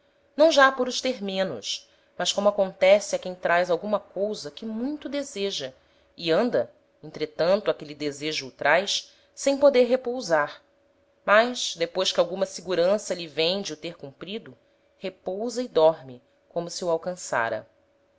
não já por os ter menos mas como acontece a quem traz alguma cousa que muito deseja e anda entretanto aquele desejo o traz sem poder repousar mas depois que alguma segurança lhe vem de o ter cumprido repousa e dorme como se o alcançára